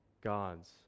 God's